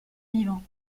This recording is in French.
vivant